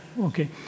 okay